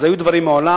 אז היו דברים מעולם.